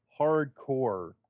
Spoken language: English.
hardcore